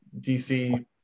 DC